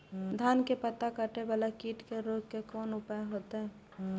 धान के पत्ता कटे वाला कीट के रोक के कोन उपाय होते?